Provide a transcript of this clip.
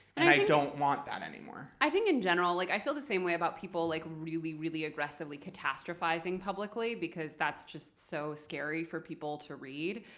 and i don't want that anymore. i think, in general like i feel the same way about people like really, really aggressively catastrophizing publicly, because that's just so scary for people to read.